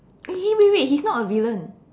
eh eh wait wait he is not a villain